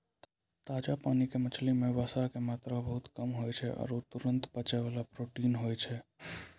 ताजा पानी के मछली मॅ वसा के मात्रा बहुत कम होय छै आरो तुरत पचै वाला प्रोटीन रहै छै